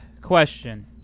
question